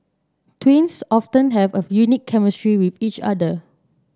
twins often have a unique chemistry with each other